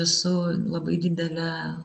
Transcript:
esu labai didelė